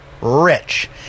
Rich